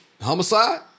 Homicide